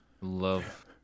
love